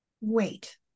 wait